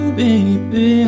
baby